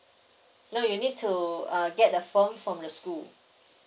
no you need to uh get the form from the school